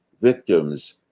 victims